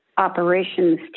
operations